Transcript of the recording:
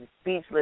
speechless